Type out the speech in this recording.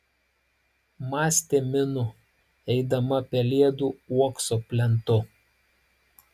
mąstė minu eidama pelėdų uokso plentu